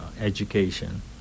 Education